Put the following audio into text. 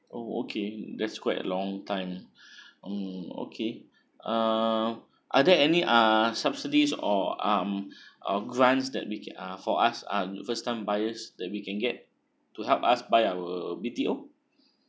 oh okay that's quite long time um okay uh are there any uh subsidies or um or grants that we can uh for us uh first time buyers that we can get to help us buy our B_T_O